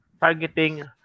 targeting